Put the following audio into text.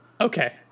Okay